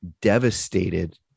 devastated